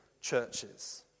churches